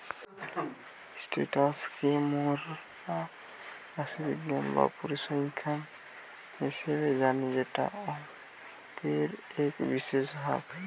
status কে মোরা রাশিবিজ্ঞান বা পরিসংখ্যান হিসেবে জানি যেটা অংকের এক বিশেষ ভাগ